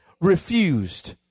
refused